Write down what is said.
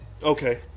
Okay